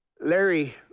Larry